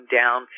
down